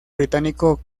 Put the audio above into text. británico